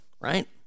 right